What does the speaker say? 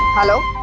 hello.